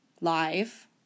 live